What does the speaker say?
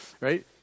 right